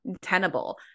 tenable